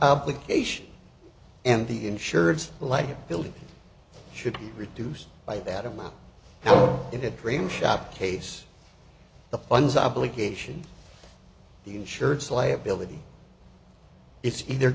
application and the insurance life building should be reduced by that amount in a dream shop case the funds obligations the insurance liability it's either